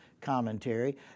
commentary